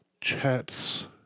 Chats